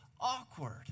awkward